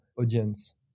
audience